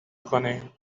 کنین